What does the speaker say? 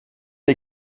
les